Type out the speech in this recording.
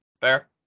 Fair